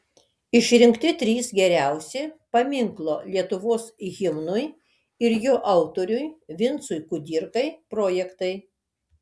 išrinkti trys geriausi paminklo lietuvos himnui ir jo autoriui vincui kudirkai projektai